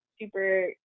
super